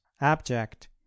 abject